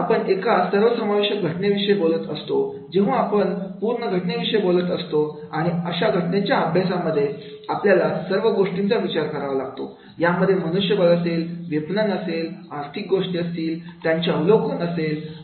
समजा आपण एका सर्वसमावेशक घटनेविषयी बोलत असतो जेव्हा आपण पूर्ण घटने विषयी बोलत असतो आणि अशा घटनेच्या अभ्यासामध्ये आपल्याला सर्व गोष्टींचा विचार करावा लागतो यामध्ये मनुष्यबळ असेल विपणन असेल आर्थिक गोष्टी असतील त्यांचे अवलोकन असेल